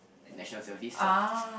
National-Service lah